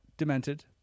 demented